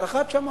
הערכת שמאי,